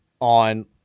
on